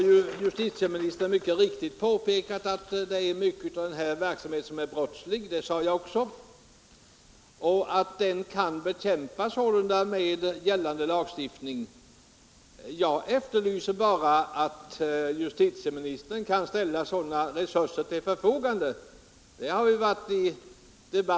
Justitieministern har mycket riktigt påpekat att en stor del av den här verksamheten är brottslig — det sade jag också — och sålunda kan bekämpas med gällande lagstiftning. Jag efterlyser bara att justitieministern kan ställa resurser till förfogande för att bekämpa den.